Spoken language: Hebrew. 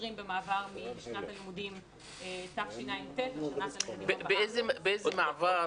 שנושרים במעבר משנת הלימודים תשע"ט לשנת הלימודים --- באיזה מעבר,